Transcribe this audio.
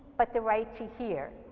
but the right to hear,